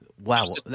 wow